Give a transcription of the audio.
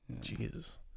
Jesus